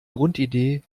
grundidee